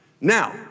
Now